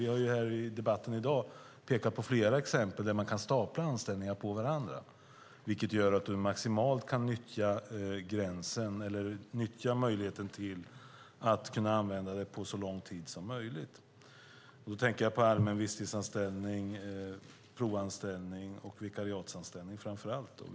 Vi har i debatten i dag pekat på flera exempel där man staplar anställningar på varandra, vilket gör att man maximalt kan nyttja den här möjligheten under så lång tid som möjligt. Då tänker jag framför allt på allmän visstidsanställning, provanställning och vikariatsanställning.